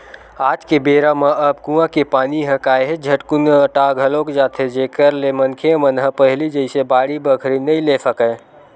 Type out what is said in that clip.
आज के बेरा म अब कुँआ के पानी ह काहेच झटकुन अटा घलोक जाथे जेखर ले मनखे मन ह पहिली जइसे बाड़ी बखरी नइ ले सकय